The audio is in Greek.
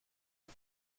του